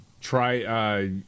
Try